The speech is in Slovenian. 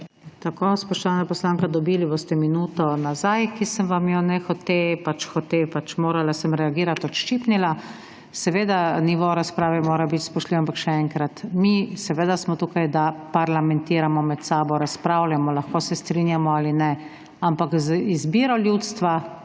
Spoštovana poslanka, dobili boste minuto nazaj, ki sem vam jo nehote oziroma sem morala reagirati, odščipnila. Seveda nivo razprave mora biti spoštljiv, ampak še enkrat, mi smo tukaj, da parlamentiramo med sabo, razpravljamo, lahko se strinjamo ali ne, ampak z izbiro ljudstva